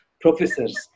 professors